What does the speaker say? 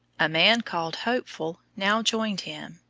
a man called hopeful now joined him,